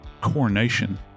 Coronation